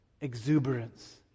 exuberance